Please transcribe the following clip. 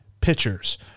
pitchers